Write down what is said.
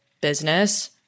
business